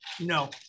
No